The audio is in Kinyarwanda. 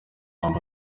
amb